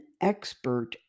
expert